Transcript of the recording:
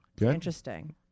interesting